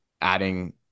adding